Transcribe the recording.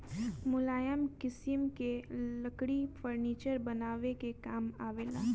मुलायम किसिम के लकड़ी फर्नीचर बनावे के काम आवेला